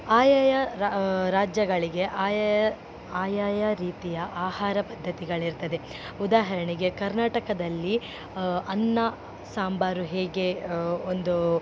ಆಯಾಯ ರಾ ರಾಜ್ಯಗಳಿಗೆ ಆಯಾಯ ಆಯಾಯ ರೀತಿಯ ಆಹಾರ ಪದ್ದತಿಗಳಿರ್ತದೆ ಉದಾಹರಣೆಗೆ ಕರ್ನಾಟಕದಲ್ಲಿ ಅನ್ನ ಸಾಂಬಾರು ಹೇಗೆ ಒಂದು